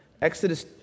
Exodus